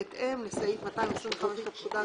בהתאם לסעיף 225 לפקודה,